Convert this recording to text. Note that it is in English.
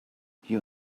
you